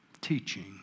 teaching